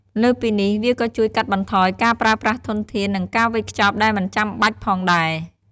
លើសពីនេះ វាក៏ជួយកាត់បន្ថយការប្រើប្រាស់ធនធាន និងការវេចខ្ចប់ដែលមិនចាំបាច់ផងដែរ។